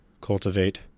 cultivate